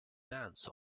dance